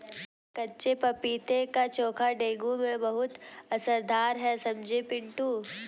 कच्चे पपीते का चोखा डेंगू में बहुत असरदार है समझे पिंटू